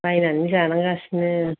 बायनानै जानांगासिनो